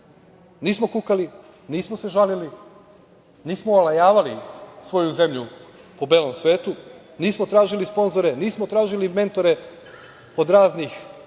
Nismo kukali, nismo se žalili, nismo olajavali svoju zemlju po belom svetu, nismo tražili sponzore, nismo tražili mentore i zaštitu